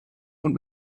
und